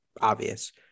obvious